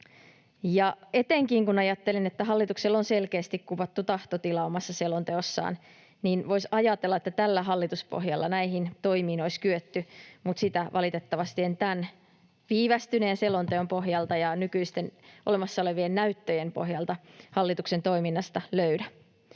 Etenkin, kun ajattelin, että hallituksella on selkeästi kuvattu tahtotila omassa selonteossaan, niin voisi ajatella, että tällä hallituspohjalla näihin toimiin olisi kyetty, mutta sitä valitettavasti en tämän viivästyneen selonteon pohjalta ja nykyisten olemassa olevien näyttöjen pohjalta hallituksen toiminnasta löydä.